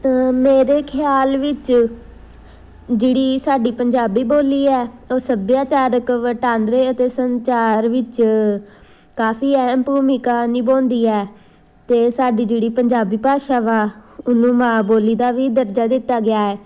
ਮੇਰੇ ਖਿਆਲ ਵਿੱਚ ਜਿਹੜੀ ਸਾਡੀ ਪੰਜਾਬੀ ਬੋਲੀ ਹੈ ਉਹ ਸੱਭਿਆਚਾਰਕ ਵਟਾਂਦਰੇ ਅਤੇ ਸੰਚਾਰ ਵਿੱਚ ਕਾਫੀ ਅਹਿਮ ਭੂਮਿਕਾ ਨਿਭਾਉਂਦੀ ਹੈ ਅਤੇ ਸਾਡੀ ਜਿਹੜੀ ਪੰਜਾਬੀ ਭਾਸ਼ਾ ਵਾ ਉਹਨੂੰ ਮਾਂ ਬੋਲੀ ਦਾ ਵੀ ਦਰਜਾ ਦਿੱਤਾ ਗਿਆ ਹੈ